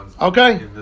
Okay